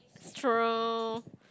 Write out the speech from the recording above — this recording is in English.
true